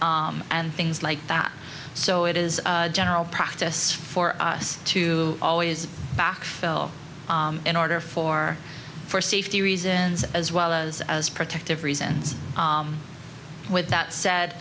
and things like that so it is general practice for us to always back fill in order for for safety reasons as well as as protective reasons with that said